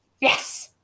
yes